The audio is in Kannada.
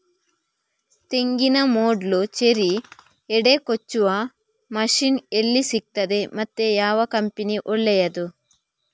ತೆಂಗಿನ ಮೊಡ್ಲು, ಚೇರಿ, ಹೆಡೆ ಕೊಚ್ಚುವ ಮಷೀನ್ ಎಲ್ಲಿ ಸಿಕ್ತಾದೆ ಮತ್ತೆ ಯಾವ ಕಂಪನಿ ಒಳ್ಳೆದು?